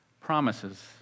promises